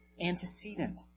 antecedent